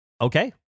Okay